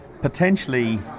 potentially